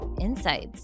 insights